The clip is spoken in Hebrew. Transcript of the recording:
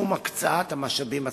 מתחום הקצאת המשאבים הסבירה.